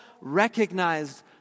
recognized